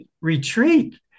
retreat